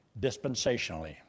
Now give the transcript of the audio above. dispensationally